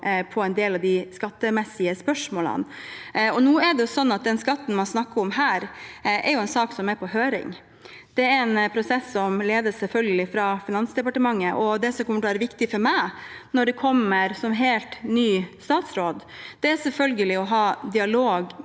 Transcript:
til en del av de skattemessige spørsmålene. Nå er det sånn at den skatten man snakker om her, er en sak som er på høring. Det er en prosess som selvfølgelig ledes av Finansdepartementet. Det som kommer til å være viktig for meg når jeg kommer som helt ny statsråd, er selvfølgelig å ha dialog